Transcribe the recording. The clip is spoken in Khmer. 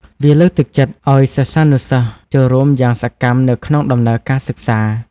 វាលើកទឹកចិត្តឲ្យសិស្សានុសិស្សចូលរួមយ៉ាងសកម្មនៅក្នុងដំណើរការសិក្សា។